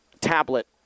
tablet